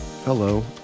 Hello